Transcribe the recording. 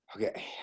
Okay